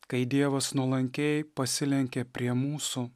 kai dievas nuolankiai pasilenkė prie mūsų